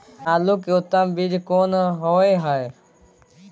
आलू के उत्तम बीज कोन होय है?